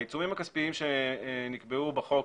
העיצומים הכספיים שנקבעו בחוק